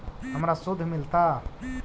हमरा शुद्ध मिलता?